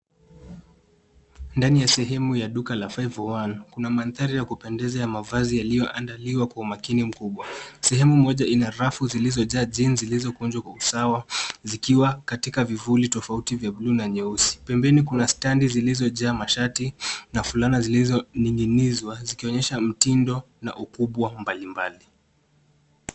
Ndani ya sehemu ya duka la 501 kuna mandhari ya kupendeza ya mavazi yaliyoandaliwa kwa umakini mkubwa. Sehemu mmoja ina rafu zilizojaa jeans zilizokunjwa kwa usawa, zikiwa katika vivuli tofauti vya bluu na nyeusi. Pembeni kuna stendi zilizojaa mashati na fulana zilizoning'inizwa zikionyesha mtindo na ukubwa mbalimbali.